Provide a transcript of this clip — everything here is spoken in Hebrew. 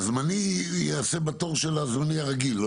והזמני ייעשה בתור של הזמני הרגיל,